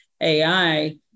AI